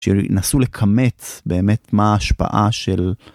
שינסו לקמת באמת מה ההשפעה של.